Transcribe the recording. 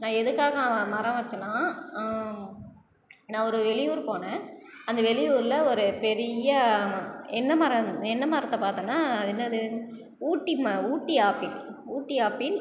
நான் எதுக்காக மரம் வச்சேனால் நான் ஒரு வெளி ஊர் போனேன் அந்த வெளி ஊரில் ஒரு பெரிய என்ன மரம் என்ன மரத்தை பார்த்தேன்னா என்னது ஊட்டி ம ஊட்டி ஆப்பிள் ஊட்டி ஆப்பிள்